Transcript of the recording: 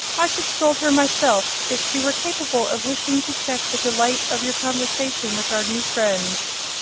i should scold her myself, if she were capable of wishing to check the delight of your conversation with our new friend.